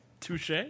Touche